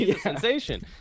Sensation